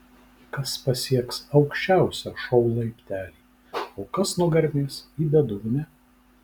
kas pasieks aukščiausią šou laiptelį o kas nugarmės į bedugnę